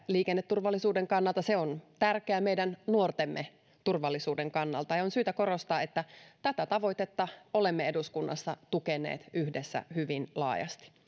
liikenneturvallisuuden kannalta se on tärkeä meidän nuortemme turvallisuuden kannalta ja on syytä korostaa että tätä tavoitetta olemme eduskunnassa tukeneet yhdessä hyvin laajasti